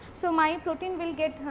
so, my protein will get